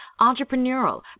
entrepreneurial